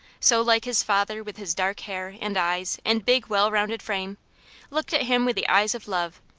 so like his father with his dark hair and eyes and big, well-rounded frame looked at him with the eyes of love,